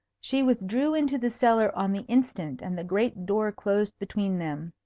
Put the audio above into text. she withdrew into the cellar on the instant, and the great door closed between them.